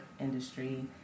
industry